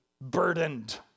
burdened